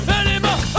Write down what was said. anymore